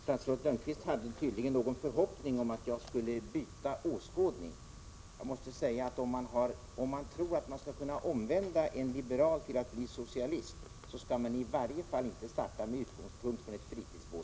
Statsrådet Lönnqvist hade tydligen någon förhoppning om att jag skulle byta åskådning. Jag måste säga att om man tror att man skall kunna omvända en liberal till att bli socialist, så skall man i varje fall inte starta med utgångspunkt från ett fritidsbåtsregister.